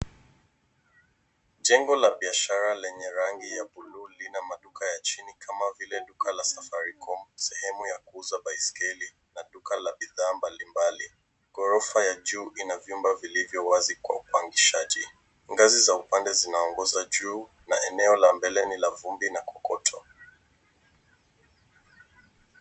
Jengo la biashara, lenye rangi ya bluu, lina maduka ya chini, kama vile, duka la Safaricom, sehemu ya kuuza baisikeli, na duka la bidhaa mbalimbali. Ghorofa za juu ina vyumba vilivyo wazi kwa upangishaji, ngazi za upande zinaongoza juu, na eneo la mbele ni la vumbi, na kokoto.